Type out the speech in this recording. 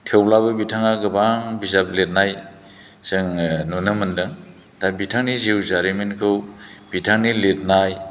थेवब्लाबो बिथाङा गोबां बिजाब लिरनाय जोङो नुनो मोन्दों दा बिथांनि जिउ जारिमिनखौ बिथांनि लिरनाय